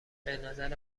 بنظر